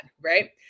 right